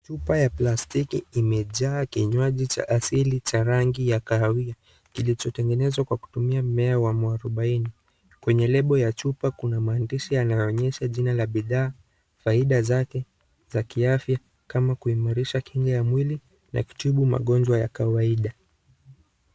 Chupa ya plastiki imejaa kinywaji cha asili cha rangi ya kahawia kilichotengenezwa kwa kutumia mmea wa mwarubaini kwa lebo ya chupa kuna maandishi yanayo onyesha jina la bidhaa faida zake za kiafya kama kuimarisha kinga ya mwili na kutibu magonjwa ya kawaida.